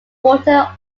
water